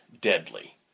deadly